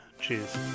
cheers